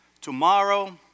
tomorrow